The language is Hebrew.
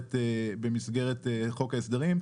במסגרת חוק ההסדרים.